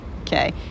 Okay